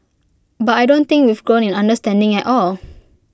but I don't think we've grown in understanding at all